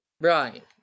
Right